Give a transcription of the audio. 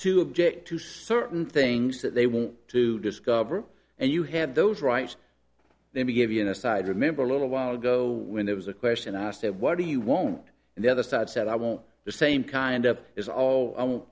to object to certain things that they want to discover and you have those rights then we give you an aside remember a little while ago when there was a question i asked what do you won't and the other side said i won't the same kind of is all